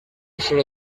solo